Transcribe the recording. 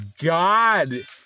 God